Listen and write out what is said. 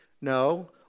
No